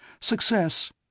Success